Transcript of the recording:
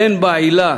אין עילה